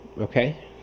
okay